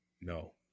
No